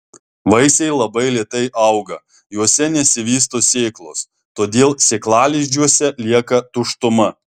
vaisiai labai lėtai auga juose nesivysto sėklos todėl sėklalizdžiuose lieka tuštuma